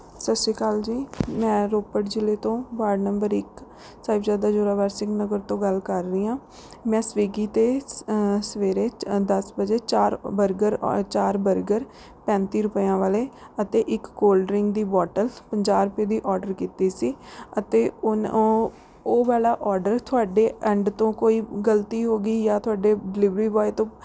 ਸਤਿ ਸ਼੍ਰੀ ਅਕਾਲ ਜੀ ਮੈਂ ਰੋਪੜ ਜ਼ਿਲ੍ਹੇ ਤੋਂ ਵਾਰਡ ਨੰਬਰ ਇੱਕ ਸਾਹਿਬਜ਼ਾਦਾ ਜ਼ੋਰਾਵਰ ਸਿੰਘ ਨਗਰ ਤੋਂ ਗੱਲ ਕਰ ਰਹੀ ਹਾਂ ਮੈਂ ਸਵੀਗੀ 'ਤੇ ਸਵੇਰੇ ਦਸ ਵਜੇ ਚਾਰ ਬਰਗਰ ਔਰ ਚਾਰ ਬਰਗਰ ਪੈਂਤੀ ਰੁਪਇਆਂ ਵਾਲੇ ਅਤੇ ਇੱਕ ਕੌਲਡ ਡਰਿੰਕ ਦੀ ਬੋਟਲ ਪੰਜਾਹ ਰੁਪਏ ਦੀ ਔਡਰ ਕੀਤੀ ਸੀ ਅਤੇ ਉਹਨਾਂ ਉਹ ਉਹ ਵਾਲਾ ਔਰਡਰ ਤੁਹਾਡੇ ਐਂਡ ਤੋਂ ਕੋਈ ਗਲਤੀ ਹੋ ਗਈ ਜਾਂ ਤੁਹਾਡੇ ਡਿਲੀਵਰੀ ਬੋਏ ਤੋਂ